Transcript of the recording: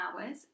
hours